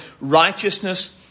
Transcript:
righteousness